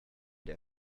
der